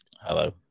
Hello